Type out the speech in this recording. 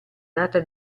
data